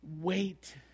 wait